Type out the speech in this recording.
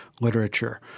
literature